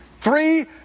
Three